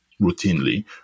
routinely